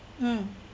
mm